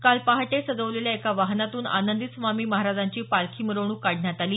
काल पहाटे सजवलेल्या एका वाहनातून आनंदी स्वामी महाराजांची पालखी मिरवणूक काढण्यात आली